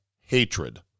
hatred